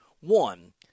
one